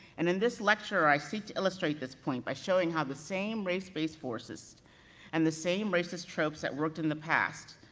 and in this lecture, i seek to illustrate this point by showing how the same race-based forces and the same racist tropes that worked in the past,